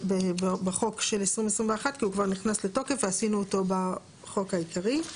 בחוק של 2021 כי הוא כבר נכנס לתוקף ועשינו אותו בחוק העיקרי.